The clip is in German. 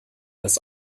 das